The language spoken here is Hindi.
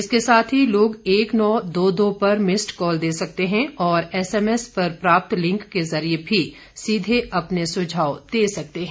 इसके साथ ही लोग एक नौ दो दो पर मिस्ड कॉल दे सकते हैं तथा एसएमएस पर प्राप्त लिंक के जरिए भी सीधे अपने सुझाव दे सकते हैं